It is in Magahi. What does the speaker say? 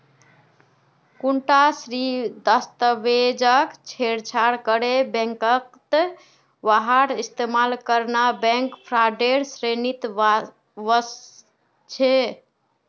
कुंटा भी दस्तावेजक छेड़छाड़ करे बैंकत वहार इस्तेमाल करना बैंक फ्रॉडेर श्रेणीत वस्छे